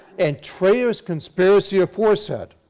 and traitorous conspiracy aforesaid,